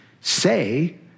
say